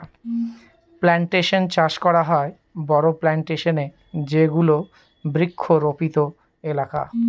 plantation চাষ করা হয় বড়ো প্লানটেশনে যেগুলো বৃক্ষরোপিত এলাকা